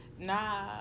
nah